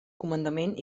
comandament